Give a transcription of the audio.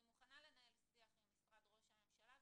אני מוכנה לנהל שיח עם משרד ראש הממשלה,